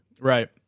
Right